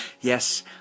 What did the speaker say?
Yes